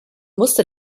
musste